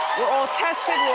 we're all tested,